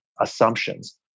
assumptions